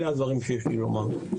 אלה הדברים שיש לי לומר.